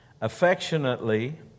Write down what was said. affectionately